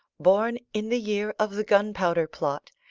born in the year of the gunpowder plot,